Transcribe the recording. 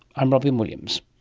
i'm robyn williams